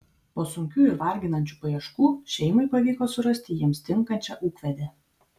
po sunkių ir varginančių paieškų šeimai pavyko surasti jiems tinkančią ūkvedę